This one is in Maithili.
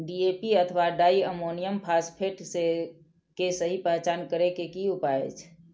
डी.ए.पी अथवा डाई अमोनियम फॉसफेट के सहि पहचान करे के कि उपाय अछि?